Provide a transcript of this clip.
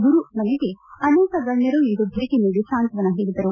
ಗುರು ಮನೆಗೆ ಅನೇಕ ಗಣ್ಕರು ಇಂದು ಭೇಟಿ ನೀಡಿ ಸಾಂತ್ವನ ಹೇಳಿದರು